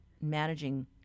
managing